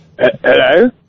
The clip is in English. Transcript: Hello